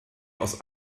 aus